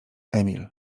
emil